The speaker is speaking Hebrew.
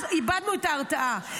אז איבדנו את ההרתעה.